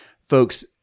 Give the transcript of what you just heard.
folks